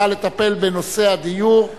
הבא לטפל בנושא הדיור,